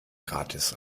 gratis